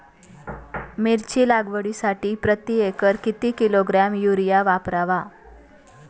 मिरची लागवडीसाठी प्रति एकर किती किलोग्रॅम युरिया वापरावा?